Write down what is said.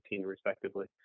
respectively